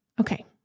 Okay